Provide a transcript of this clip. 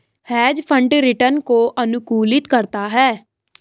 hedge fund return को अनुकूलित करता है